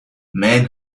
men